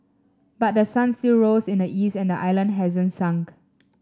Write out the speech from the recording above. but the sun still rose in the east and the island hasn't sunk